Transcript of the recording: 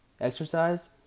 exercise